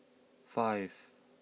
five